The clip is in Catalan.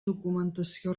documentació